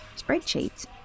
spreadsheets